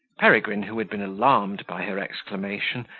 peregrine, who had been alarmed by her exclamation,